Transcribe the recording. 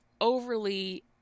overly